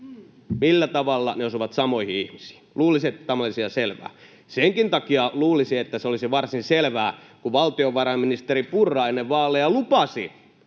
Millä tavalla ne osuvat samoihin ihmisiin? Luulisi, että tämä olisi jo selvää. Senkin takia luulisi, että se olisi varsin selvää, kun valtiovarainministeri Purra ennen vaaleja lupasi,